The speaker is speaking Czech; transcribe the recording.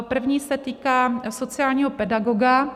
První se týká sociálního pedagoga.